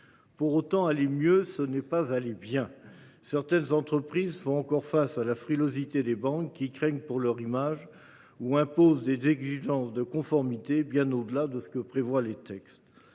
Pour autant, aller mieux, ce n’est pas aller bien. Certaines entreprises font encore face à la frilosité des banques, qui craignent pour leur image ou imposent des exigences de conformité bien au delà de ce que prévoient les textes.